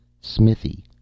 Smithy